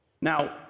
Now